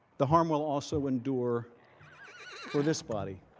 the harm will also indoor for this bonnie